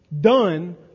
done